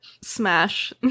Smash